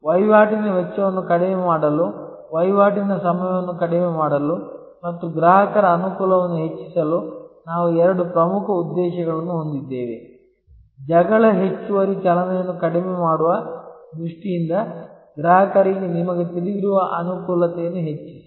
ವಹಿವಾಟಿನ ವೆಚ್ಚವನ್ನು ಕಡಿಮೆ ಮಾಡಲು ವಹಿವಾಟಿನ ಸಮಯವನ್ನು ಕಡಿಮೆ ಮಾಡಲು ಮತ್ತು ಗ್ರಾಹಕರ ಅನುಕೂಲವನ್ನು ಹೆಚ್ಚಿಸಲು ನಾವು ಎರಡು ಪ್ರಮುಖ ಉದ್ದೇಶಗಳನ್ನು ಹೊಂದಿದ್ದೇವೆ ಜಗಳ ಹೆಚ್ಚುವರಿ ಚಲನೆಯನ್ನು ಕಡಿಮೆ ಮಾಡುವ ದೃಷ್ಟಿಯಿಂದ ಗ್ರಾಹಕರಿಗೆ ನಿಮಗೆ ತಿಳಿದಿರುವ ಅನುಕೂಲತೆಯನ್ನು ಹೆಚ್ಚಿಸಿ